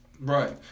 Right